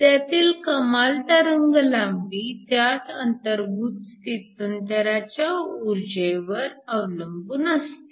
त्यातील कमाल तरंगलांबी त्यात अंतर्भूत स्थित्यंतराच्या उर्जेवर अवलंबून असते